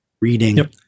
reading